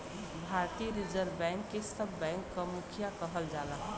भारतीय reserve bank के सब बैंक क मुखिया कहल जाला